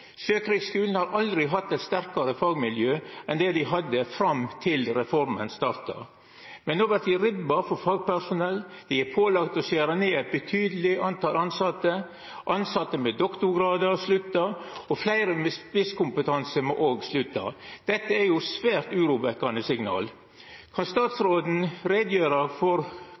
Sjøkrigsskulen har aldri hatt eit sterkare fagmiljø enn det dei hadde fram til reforma starta. No vert dei ribba for fagpersonell, dei er pålagde å skjera betydeleg ned på talet på tilsette, tilsette med doktorgrad har slutta, og fleire med spisskompetanse må òg slutta. Dette er svært urovekkjande signal. Kan statsråden gjera greie for